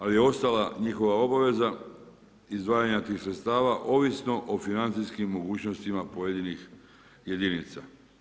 Ali, je ostala njihova obaveza izdvajanja tih sredstava, ovisno o financijskim mogućnostima pojedinih jedinica.